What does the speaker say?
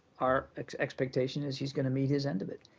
our expectation is he's going to meet his end of it.